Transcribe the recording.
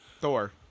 Thor